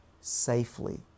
safely